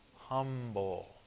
humble